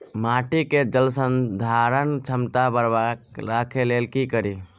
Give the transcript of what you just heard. माटि केँ जलसंधारण क्षमता बरकरार राखै लेल की कड़ी?